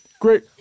great